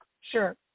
Sure